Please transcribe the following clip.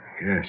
Yes